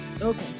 okay